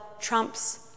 trumps